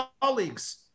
colleagues